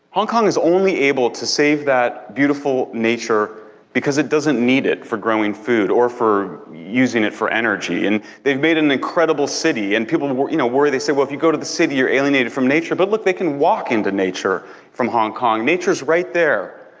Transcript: hong kong is only able to save that beautiful nature because it doesn't need it for growing food or for using it for energy. and they've made an incredible city, and people and worry, you know, they say well, if you go to the city you're alienated from nature, but look! they can walk into nature from hong kong. nature's right there.